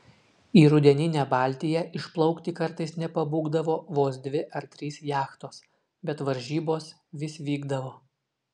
į rudeninę baltiją išplaukti kartais nepabūgdavo vos dvi ar trys jachtos bet varžybos vis vykdavo